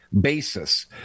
basis